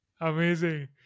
Amazing